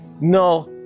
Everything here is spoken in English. No